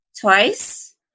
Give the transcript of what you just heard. TWICE